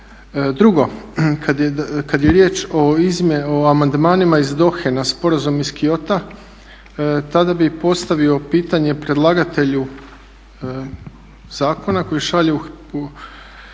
Drugo, kad je riječ o amandmanima iz Dohe na sporazum iz Kyota tada bih postavio pitanje predlagatelju zakona koji šalje po